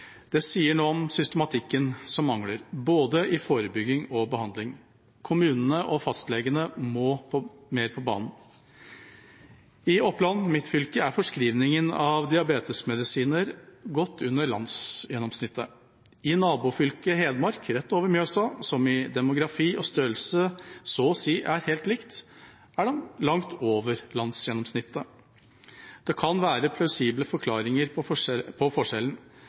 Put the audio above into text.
Det sier noe om systematikken som mangler, både i forebygging og behandling. Kommunene og fastlegene må mer på banen. I mitt fylke, Oppland, er forskrivningen av diabetesmedisiner godt under landsgjennomsnittet. I nabofylket Hedmark, rett over Mjøsa, som i demografi og størrelse så å si er helt likt, er det langt over landsgjennomsnittet. Det kan være plausible forklaringer på forskjellen,